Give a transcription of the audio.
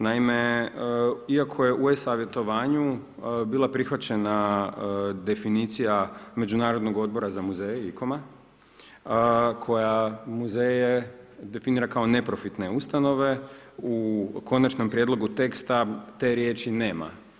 Naime, iako je u e-savjetovanju bila prihvaćena definicija Međunarodnog odbora za muzeje, ICOM-a, koja muzeje definira kao neprofitne ustanove, u konačnom prijedlogu teksta te riječi nema.